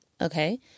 okay